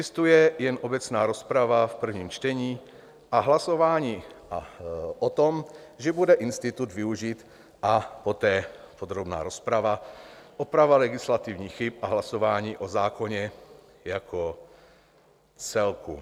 Existuje jen obecná rozprava v prvním čtení a hlasování o tom, že bude institut využit, a poté podrobná rozprava, oprava legislativních chyb a hlasování o zákoně jako celku.